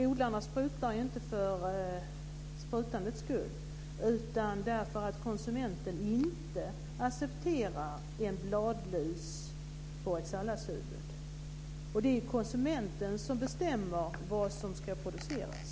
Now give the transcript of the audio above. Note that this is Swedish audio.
Odlarna sprutar ju inte för sprutandets skull utan därför att konsumenten inte accepterar en bladlus på ett salladshuvud. Och det är ju konsumenten som bestämmer vad som ska produceras.